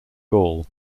gaul